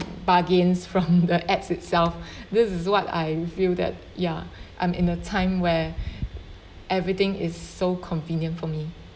bargains from the apps itself this is what I feel that ya I'm in the time where everything is so convenient for me